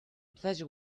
pleasure